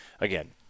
again